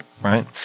Right